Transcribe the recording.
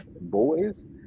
boys